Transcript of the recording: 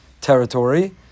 territory